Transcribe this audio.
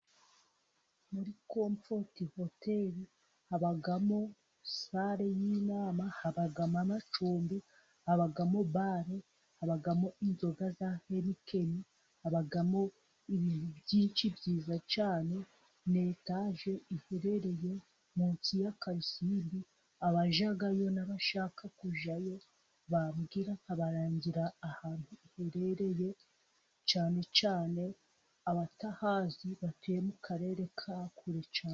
Muri comfoti hoteli habamo sale y'inama, habamo amacumbi, habamo bare, habamo n'inzoga za henikeni, habamo ibintu byinshi byiza cyane. Ni etaje iherereye munsi ya Karisimbi. Abajyayo n'abashaka kujyayo bambwira nkabarangira ahantu iherereye cyane cyane abatahazi batuye mu karere ka kure cyane.